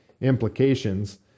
implications